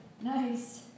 nice